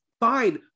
fine